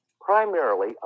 primarily